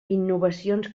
innovacions